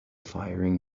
firing